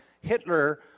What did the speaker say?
Hitler